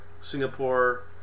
Singapore